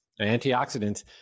Antioxidants